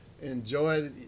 enjoy